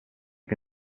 che